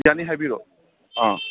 ꯌꯥꯅꯤ ꯍꯥꯏꯕꯤꯔꯣ ꯑ